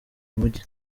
mujyi